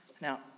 now